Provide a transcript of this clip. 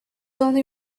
only